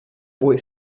boy